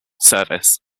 service